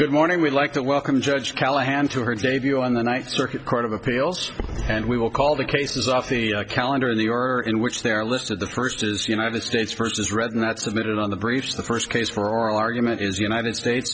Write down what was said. good morning we'd like to welcome judge callahan to her debut on the ninth circuit court of appeals and we will call the cases off the calendar in the or in which they are listed the first is united states versus reading that submitted on the briefs the first case for oral argument is united states